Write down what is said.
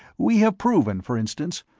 we have proven, for instance,